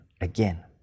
again